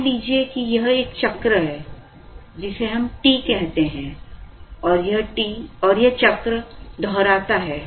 मान लीजिए कि यह एक चक्र है जिसे हम T कहते हैं और यह चक्र दोहराता है